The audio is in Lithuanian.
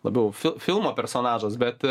labiau fil filmo personažas bet